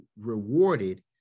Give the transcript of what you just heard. rewarded